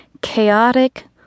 chaotic